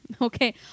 Okay